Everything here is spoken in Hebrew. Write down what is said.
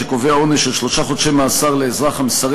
שקובע עונש של שלושה חודשי מאסר לאזרח המסרב